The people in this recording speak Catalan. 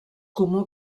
comú